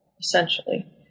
essentially